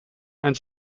and